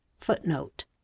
Footnote